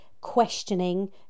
questioning